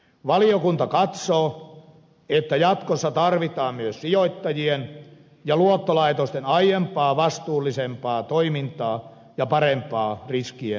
valiokunta katsoo että jatkossa tarvitaan myös sijoittajien ja luottolaitosten aiempaa vastuullisempaa toimintaa ja parempaa riskienhallintaa